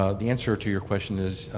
the answer to your question is,